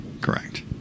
Correct